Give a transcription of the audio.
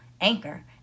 Anchor